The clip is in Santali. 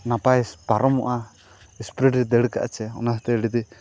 ᱱᱟᱯᱟᱭ ᱯᱟᱨᱚᱢᱚᱜᱼᱟ ᱥᱯᱤᱰ ᱛᱮ ᱫᱟᱹᱲ ᱠᱟᱜᱼᱟᱭ ᱪᱮ ᱚᱱᱟ ᱦᱚᱛᱮᱡ ᱛᱮ ᱟᱹᱰᱤ